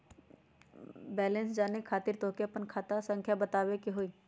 Balance जाने खातिर तोह के आपन खाता संख्या बतावे के होइ?